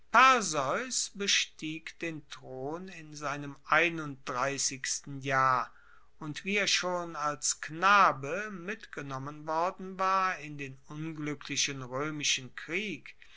bestieg den thron in seinem einunddreissigsten jahr und wie er schon als knabe mitgenommen worden war in den ungluecklichen roemischen krieg